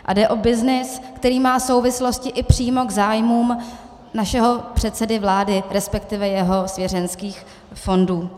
A jde o byznys, který má souvislosti i přímo k zájmům našeho předsedy vlády, respektive jeho svěřeneckých fondů.